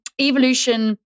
evolution